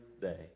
day